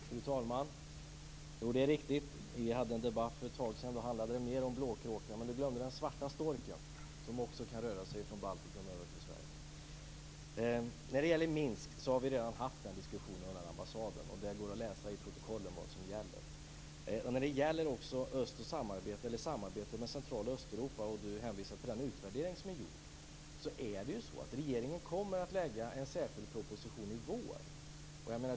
Fru talman! Det är riktigt: Vi hade en debatt för ett tag sedan, och då handlade det mer om blåkråka. Göran Lennmarker glömde den svarta storken, som också kan röra sig från Baltikum över till Sverige. Vi har redan diskuterat en ambassad i Minsk. Det går att läsa i protokollen vad som gäller. Göran Lennmarker hänvisar till den utvärdering som är gjord av samarbetet med Central och Östeuropa. Regeringen kommer att lägga fram en särskild proposition i vår.